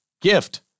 GIFT